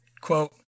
quote